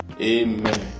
Amen